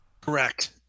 Correct